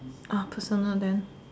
personal then